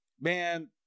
Man